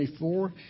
24